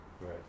right